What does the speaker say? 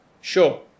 Sure